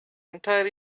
entire